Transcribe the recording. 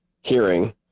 hearing